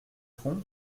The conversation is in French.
fond